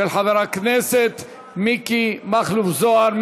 של חבר הכנסת מיקי מכלוף זוהר.